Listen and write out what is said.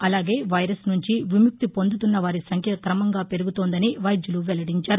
అలాగే వైరస్ నుంచి విముక్తి పొందుతున్న వారి సంఖ్య క్రమంగా పెరుగుతోందని వైద్యులు వెల్లడించారు